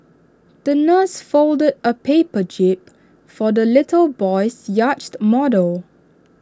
the nurse folded A paper jib for the little boy's yachted model